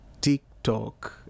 tiktok